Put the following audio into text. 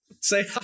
Say